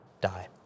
die